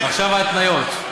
ועכשיו ההתניות.